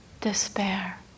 despair